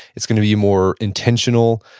it's going to be more intentional,